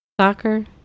soccer